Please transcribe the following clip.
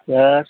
बस